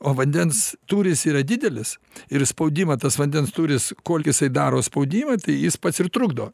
o vandens tūris yra didelis ir spaudimą tas vandens tūris kol jisai daro spaudimą tai jis pats ir trukdo